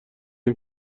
این